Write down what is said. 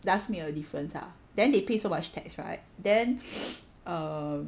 does make a difference ah then they pay so much tax right then um